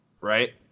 right